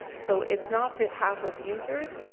so it's not that half of users,